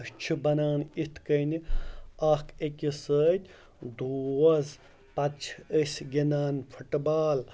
أسۍ چھِ بَنان یِتھ کٔنہِ اَکھ أکِس سۭتۍ دوس پَتہٕ چھِ أسۍ گِنٛدان فُٹ بال